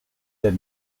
del